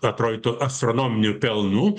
atrodytų astronominių pelnų